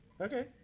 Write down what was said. Okay